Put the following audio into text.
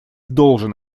должен